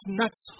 nuts